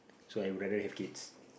so I would rather have kids